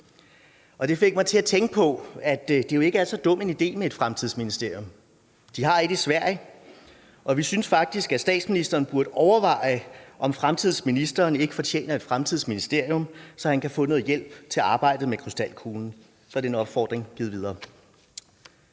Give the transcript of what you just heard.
Det fik mig til at tænke på, at det jo ikke er så dum en idé med et fremtidsministerium. De har et i Sverige, og vi synes faktisk, at statsministeren burde overveje, om fremtidsministeren ikke fortjener et fremtidsministerium, så han kan få noget hjælp til arbejdet med krystalkuglen. Så er den opfordring givet videre.